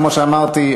כמו שאמרתי,